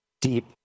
deep